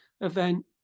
event